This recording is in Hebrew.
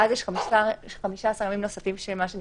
ואז יש 15 ימי צינון,